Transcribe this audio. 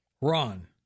Ron